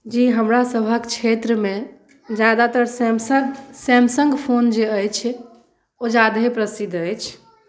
जी हमरा सभक क्षेत्रमे ज्यादातर सैमसंग सैमसंग फोन जे अछि ओ ज्यादहे प्रसिद्ध अछि